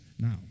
now